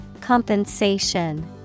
Compensation